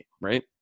right